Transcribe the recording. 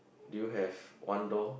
do you have one door